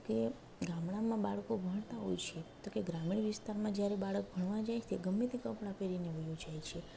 તો કે ગામડામાં બાળકો ભણતા હોય છે તો કે ગ્રામીણ વિસ્તારમાં જ્યારે બાળક ભણવા જાય તે ગમે તે કપડાં પેહરીને ચાલ્યો જાય છે